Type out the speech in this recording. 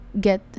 get